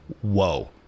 whoa